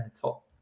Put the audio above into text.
top